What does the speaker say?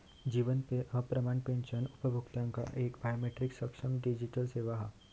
जीवन प्रमाण पेंशन उपभोक्त्यांका एक बायोमेट्रीक सक्षम डिजीटल सेवा हा